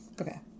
Okay